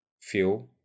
Fuel